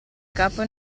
capo